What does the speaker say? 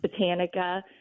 Botanica